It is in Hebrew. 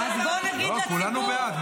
לא, כולנו בעד.